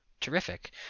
terrific